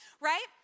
Right